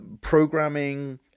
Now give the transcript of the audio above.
programming